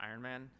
Ironman